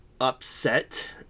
upset